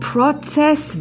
Process